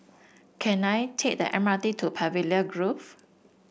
can I take the M R T to Pavilion Grove